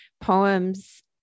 poems